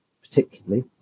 particularly